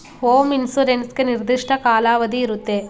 home insurance ಗೆ ನಿರ್ದಿಷ್ಟ ಕಾಲಾವಧಿ ಇರುತ್ತೆ